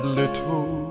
little